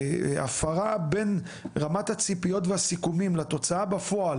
שהפרה בין רמת הציפיות והסיכומים לתוצאה בפועל